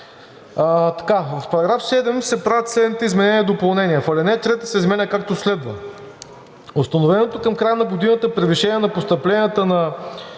„В § 7 се правят следните изменения и допълнения: 1. Алинея 3 се изменя, както следва: „(3) Установеното към края на годината превишение на постъпленията на